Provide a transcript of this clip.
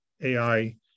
AI